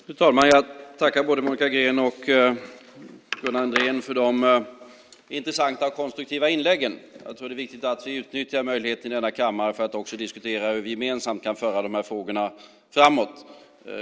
Fru talman! Jag tackar både Monica Green och Gunnar Andrén för de intressanta och konstruktiva inläggen. Det är viktigt att vi utnyttjar möjligheten i denna kammare att diskutera hur vi gemensamt kan föra frågorna framåt.